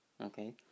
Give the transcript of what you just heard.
okay